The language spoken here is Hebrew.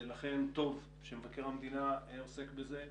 ולכן טוב שמבקר המדינה עוסק בזה.